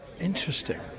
Interesting